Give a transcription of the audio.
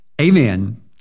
Amen